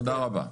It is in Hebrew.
תודה רבה.